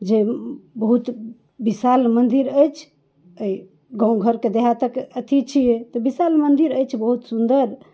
जे बहुत विशाल मन्दिर अछि एहि गाँव घरके देहात के अथी छियै तऽ विशाल मन्दिर अछि बहुत सुन्दर